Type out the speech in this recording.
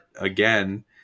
again